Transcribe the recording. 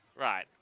right